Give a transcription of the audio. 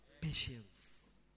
Patience